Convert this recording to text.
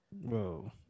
whoa